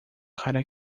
cara